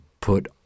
put